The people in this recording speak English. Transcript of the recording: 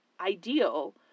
ideal